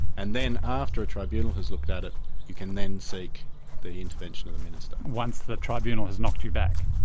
and then after a tribunal has looked at it you can then seek the intervention of the minister. once the tribunal has knocked you back?